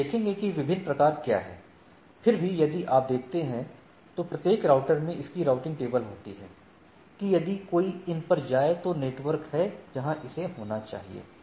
हम देखेंगे कि विभिन्न प्रकार क्या हैं फिर भी यदि आप देखते हैं तो प्रत्येक राउटर में इसकी राउटिंग टेबल होती है कि यदि कोई इन पर जाए तो ये नेटवर्क हैं जहां इसे होना चाहिए